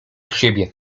siebie